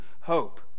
hope